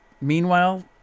meanwhile